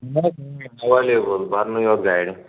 بھرنُے یوت گاڑِ